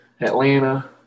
Atlanta